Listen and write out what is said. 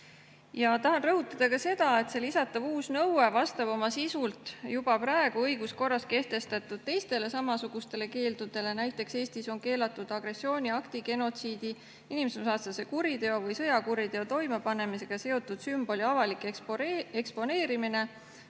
Tahan rõhutada ka seda, et lisatav uus nõue vastab oma sisult juba praegu õiguskorras kehtestatud teistele samasugustele keeldudele. Näiteks on Eestis keelatud agressiooniakti, genotsiidi, inimsusvastase kuriteo või sõjakuriteo toimepanemisega seotud sümboli avalik eksponeerimine